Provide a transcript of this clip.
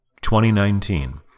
2019